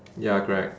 ya correct